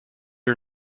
are